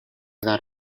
dar